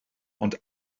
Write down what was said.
ond